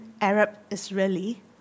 Arab-Israeli